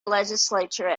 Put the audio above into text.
legislature